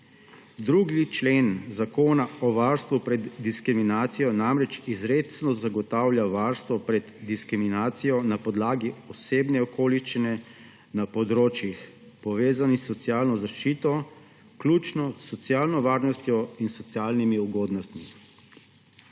2. člen Zakona o varstvu pred diskriminacijo namreč izrecno zagotavlja varstvo pred diskriminacijo na podlagi osebne okoliščine na področjih, povezanih s socialno zaščito, vključno s socialno varnostjo in socialnimi ugodnostmi.